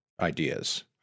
ideas